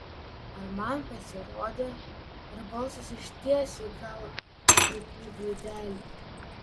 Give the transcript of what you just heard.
ar man pasirodė ar balsas išties įgavo pašaipių gaidelių